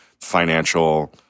financial